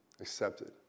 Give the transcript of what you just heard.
accepted